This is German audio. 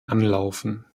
anlaufen